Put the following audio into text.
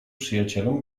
przyjacielem